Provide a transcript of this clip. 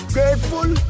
Grateful